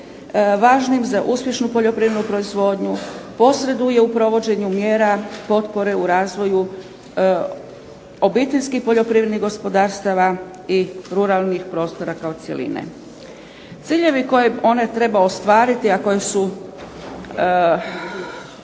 važnim za uspješnu poljoprivrednu proizvodnju, posreduje u provođenju mjera, potpore u razvoju obiteljskih poljoprivrednih gospodarstava i ruralnih prostora kao cjeline. Ciljevi koje ona treba ostvariti, a koji su